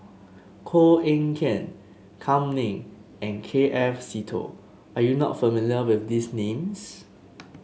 Koh Eng Kian Kam Ning and K F Seetoh are you not familiar with these names